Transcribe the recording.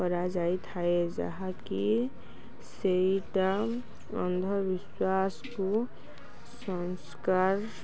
କରାଯାଇ ଥାଏ ଯାହାକି ସେଇଟା ଅନ୍ଧବିଶ୍ୱାସକୁ ସଂସ୍କାର